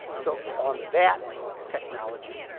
so on that technology